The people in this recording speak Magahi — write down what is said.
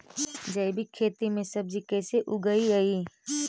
जैविक खेती में सब्जी कैसे उगइअई?